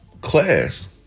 class